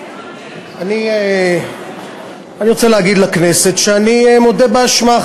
אני רוצה להגיד לכנסת שאני מודה באשמה,